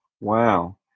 Wow